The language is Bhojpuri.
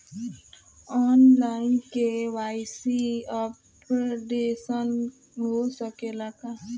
आन लाइन के.वाइ.सी अपडेशन हो सकेला का?